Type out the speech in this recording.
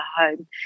home